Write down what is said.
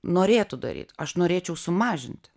norėtų daryt aš norėčiau sumažinti